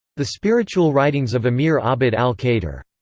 the spiritual writings of amir abd al-kader.